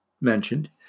mentioned